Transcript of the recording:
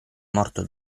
morto